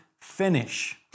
finish